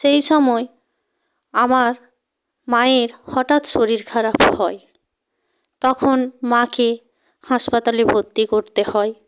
সেই সময় আমার মায়ের হঠাৎ শরীর খারাপ হয় তখন মাকে হাসপাতালে ভর্তি করতে হয়